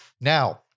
Now